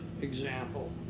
example